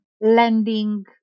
lending